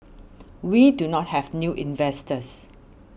we do not have new investors